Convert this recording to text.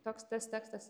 toks tas tekstas